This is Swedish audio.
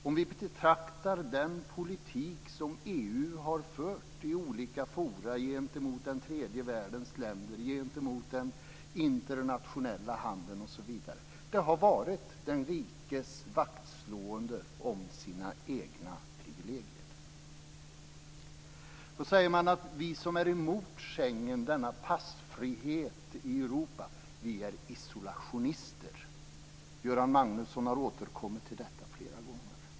Om vi betraktar den politik som EU i olika forum har fört gentemot tredje världens länder, gentemot den internationella handeln osv., märker vi att det har handlat om den rikes vaktslående om sina egna privilegier. Man säger att vi som är emot Schengen, mot passfrihet i Europa, är isolationister. Göran Magnusson har flera gånger återkommit till detta.